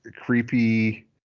creepy